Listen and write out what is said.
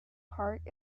park